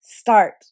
Start